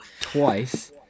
twice